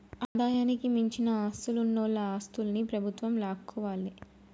ఆదాయానికి మించిన ఆస్తులున్నోల ఆస్తుల్ని ప్రభుత్వం లాక్కోవాలే